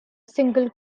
single